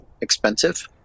expensive